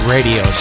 Radio